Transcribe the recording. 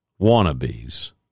wannabes